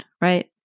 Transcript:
right